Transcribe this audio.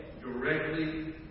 directly